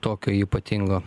tokio ypatingo